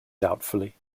doubtfully